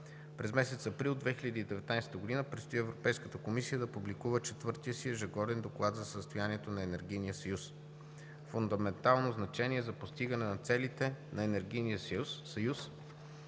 През месец април 2019 г. предстои Европейската комисия да публикува четвъртия си ежегоден Доклад за състоянието на Енергийния съюз. Фундаментално значение за постигане на целите на